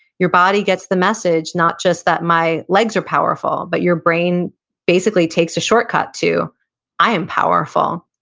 your body gets the message not just that my legs are powerful, but your brain basically takes a shortcut to i am powerful.